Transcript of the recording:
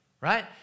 Right